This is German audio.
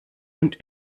und